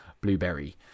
blueberry